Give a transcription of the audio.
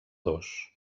dos